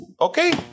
Okay